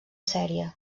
sèrie